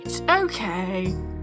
Okay